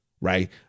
Right